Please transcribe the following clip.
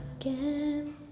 again